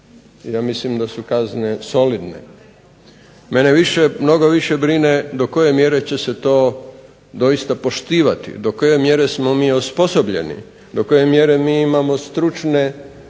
ja mislim da su kazne solidne. Mene više, mnogo više brine do koje mjere će se to doista poštivati. Do koje mjere smo mi osposobljeni, do koje mjere mi imamo stručne